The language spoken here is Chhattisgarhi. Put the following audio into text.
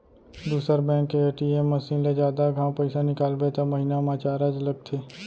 दूसर बेंक के ए.टी.एम मसीन ले जादा घांव पइसा निकालबे त महिना म चारज लगथे